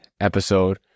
episode